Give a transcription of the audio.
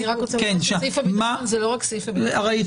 אני רק רוצה --- זה לא רק הסעיף הביטחוני --- ראיתי,